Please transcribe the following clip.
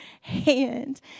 hand